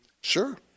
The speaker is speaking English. Sure